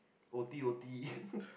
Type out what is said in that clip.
o_t_o_t